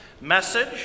message